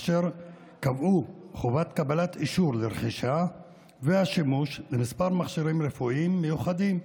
אשר קבעו חובת קבלת אישור לרכישה ושימוש בכמה מכשירים רפואיים מיוחדים,